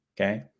okay